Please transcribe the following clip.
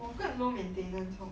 我更 low maintenance hor